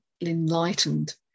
enlightened